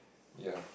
ya